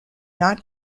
not